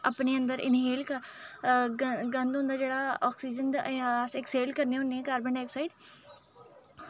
अपने अंदर इन्हेल गंद होंदा जेह्ड़ा ऑक्सीजन अस एक्सहेल करने होने आं कार्बन डाइऑक्साइड